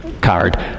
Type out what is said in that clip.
card